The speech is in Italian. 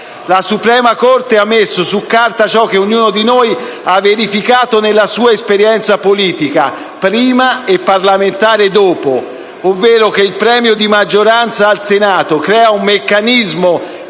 La Suprema corte ha messo su carta ciò che ognuno di noi ha verificato nella sua esperienza politica prima e parlamentare dopo, ovvero che il premio di maggioranza al Senato crea un meccanismo irrazionale